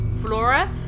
Flora